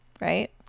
right